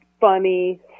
funny